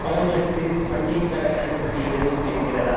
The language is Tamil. பழங்களுக்கு பண்டிகைக் காலத் தள்ளுபடி எதுவும் இருக்கிறதா